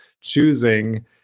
choosing